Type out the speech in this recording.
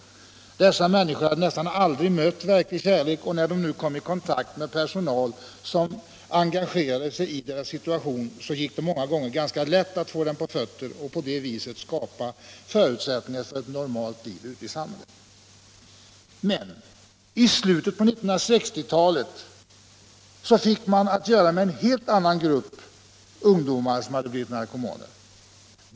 Dessa människor 1 december 1976 hade nästan aldrig mött verklig kärlek. När de nu kom i kontakt med personal som engagerade sig i deras situation gick det många gånger Vissa alkoholoch ganska lätt att få dem på fötter och på det viset skapa förutsättningar = narkotikafrågor för ett normalt liv ute i samhället. Men i slutet av 1960-talet fick man att göra med en helt annan grupp ungdomar som blivit narkomaner.